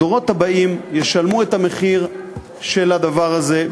הדורות הבאים ישלמו את המחיר של הדבר הזה,